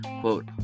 Quote